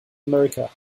america